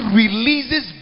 releases